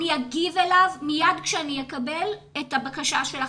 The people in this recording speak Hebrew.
אני אגיב אליו מיד כשאני אקבל את הבקשה שלך.